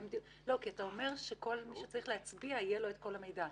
כי אתה אומר שכל מי שצריך להצביע יהיה לו את כל המידע.